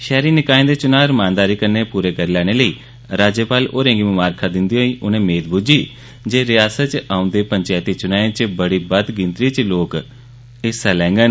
शैहरी निकायें दे चुनां रमानदारी कन्नै पूरे करी लैने लेई राज्यपाल होरें गी ममारखां दिन्दे होई उनें मेद बुज्झी जे रियासत च औंदे पंचैती चुनाएं च बड़ी बद्द गिनतरी च लोक हिस्सा लैंगन